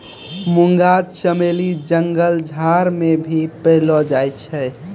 मुंगा चमेली जंगल झाड़ मे भी पैलो जाय छै